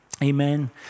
Amen